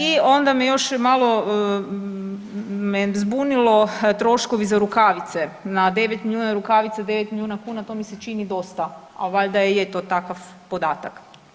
I onda me još malo me zbunilo troškovi za rukavice, na 9 milijuna rukavica 9 milijuna kuna to mi se čini dosta, ali valjda je to takav podatak.